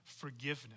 forgiveness